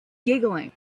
giggling